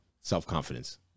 self-confidence